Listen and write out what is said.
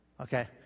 Okay